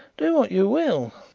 do what you will.